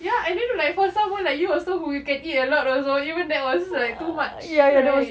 ya and then like for someone like you also who can eat a lot also even that was like too much don't want to eat